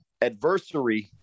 adversary